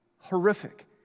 Horrific